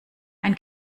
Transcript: ein